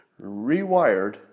rewired